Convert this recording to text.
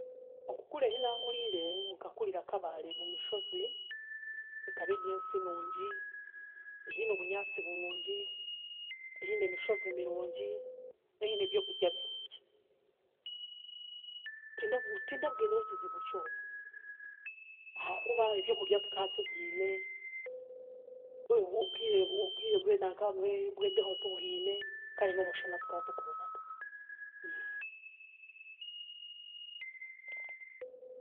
Okukura ehi naakuriire, nkakurira Kabale munshozi. Ekaba eryensi nungi, eine obunyaasi burungi, eine emishozi mirungi, eine ebyokurya birungi, tindaa tindabwineyo ekizibu kyona ahakuba ebyokurya tukatubyine, obwire obwire bw'enanka bw'embeho tubwine kandi n'omushana tukatugubonaga.